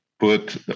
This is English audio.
put